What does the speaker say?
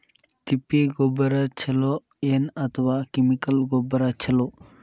ತಿಪ್ಪಿ ಗೊಬ್ಬರ ಛಲೋ ಏನ್ ಅಥವಾ ಕೆಮಿಕಲ್ ಗೊಬ್ಬರ ಛಲೋ?